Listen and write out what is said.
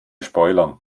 spoilern